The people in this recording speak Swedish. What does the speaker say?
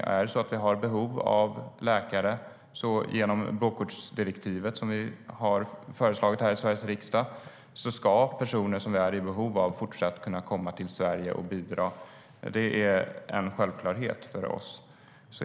Enligt blåkortsdirektivet som vi har föreslagit här i Sveriges riksdag ska personer som vi är i behov av fortsatt kunna komma till Sverige och bidra. Det är en självklarhet för oss.